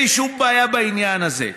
אין לי שום בעיה בעניין הזה.